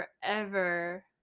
forever